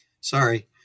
Sorry